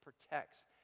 protects